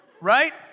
right